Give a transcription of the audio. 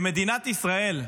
מדינת ישראל,